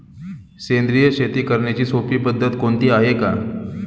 सेंद्रिय शेती करण्याची सोपी पद्धत कोणती आहे का?